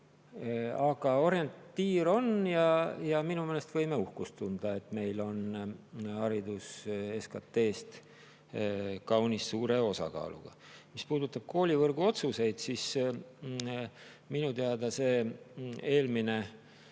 Aga orientiir on ja minu meelest võime uhkust tunda, et meil on haridus SKT-st kaunis suure osakaaluga. Mis puudutab koolivõrgu otsuseid, siis minu teada eelmine